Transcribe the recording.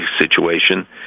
situation